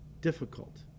difficult